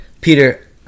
Peter